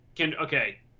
Okay